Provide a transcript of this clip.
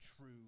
true